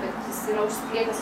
kad jis yra užsikrėtęs